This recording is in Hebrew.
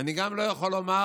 אני גם לא יכול לומר